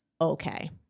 okay